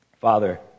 Father